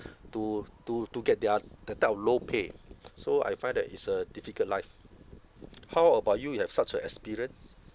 to to to get their that type of low pay so I find that is a difficult life how about you you have such a experience